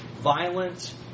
violent